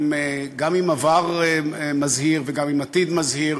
גם עם עבר מזהיר וגם עם עתיד מזהיר,